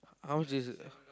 how much is it